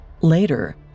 Later